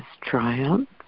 triumph